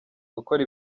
gukora